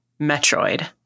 Metroid